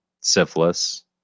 syphilis